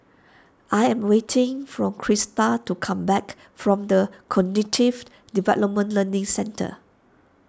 I am waiting for Krysta to come back from the Cognitive Development Learning Centre